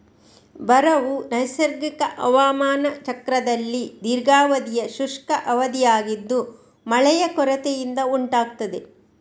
ಬರವು ನೈಸರ್ಗಿಕ ಹವಾಮಾನ ಚಕ್ರದಲ್ಲಿ ದೀರ್ಘಾವಧಿಯ ಶುಷ್ಕ ಅವಧಿಯಾಗಿದ್ದು ಮಳೆಯ ಕೊರತೆಯಿಂದ ಉಂಟಾಗ್ತದೆ